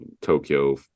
Tokyo